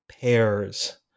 pairs